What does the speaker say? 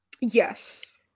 yes